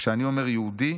כשאני אומר יהודי,